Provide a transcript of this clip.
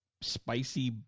spicy